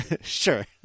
Sure